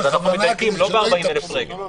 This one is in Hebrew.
אנחנו מדייקים, לא ב-40,000 רגל.